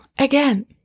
again